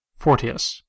Fortius